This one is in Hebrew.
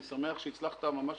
אני שמח שהצלחת ממש